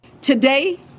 Today